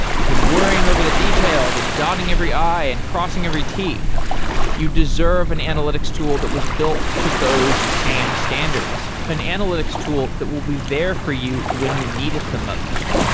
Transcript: you've been worrying over the details and dotting every i and crossing every t you deserve an analytics tool that was built to those same standards, an analytics tool that will be there for you when you need it the most.